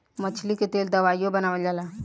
मछली के तेल दवाइयों बनावल जाला